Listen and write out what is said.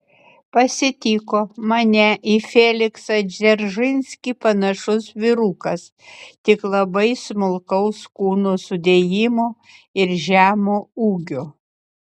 pasitiko mane į feliksą dzeržinskį panašus vyrukas tik labai smulkaus kūno sudėjimo ir žemo ūgio